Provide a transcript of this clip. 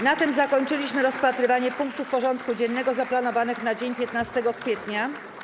Na tym zakończyliśmy rozpatrywanie punktów porządku dziennego zaplanowanych na dzień 15 kwietnia.